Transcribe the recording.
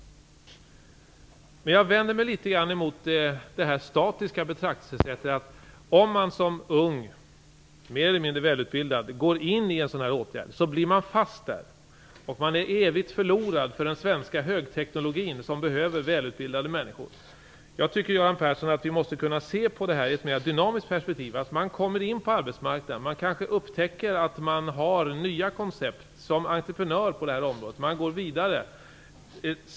Jag vänder mig dock litet grand emot det statiska betraktelsesättet. Om man som ung och mer eller mindre välutbildad går in i detta, så är man fast. Då är man evigt förlorad för den svenska högteknologin, som behöver välutbildade människor. Jag tycker, Göran Persson, att vi måste kunna se på det här ur ett mer dynamiskt perspektiv. Man kommer in på arbetsmarknaden, och upptäcker kanske att man har nya koncept som entreprenör på det här området. Man går vidare.